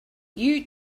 you